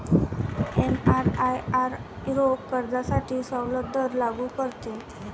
एमआरआयआर रोख कर्जासाठी सवलत दर लागू करते